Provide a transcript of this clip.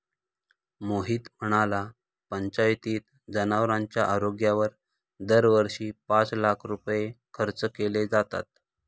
मोहित म्हणाला, पंचायतीत जनावरांच्या आरोग्यावर दरवर्षी पाच लाख रुपये खर्च केले जातात